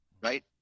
Right